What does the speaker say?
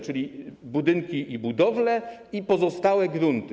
Czyli: budynki i budowle, i pozostałe grunty.